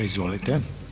Izvolite.